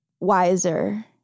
Wiser